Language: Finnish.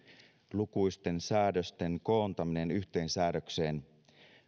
lukuisten säädösten koontaminen yhteen säädökseen